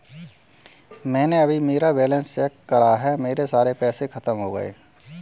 मैंने अभी मेरा बैलन्स चेक करा है, मेरे सारे पैसे खत्म हो गए हैं